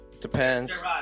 Depends